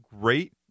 great